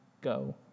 go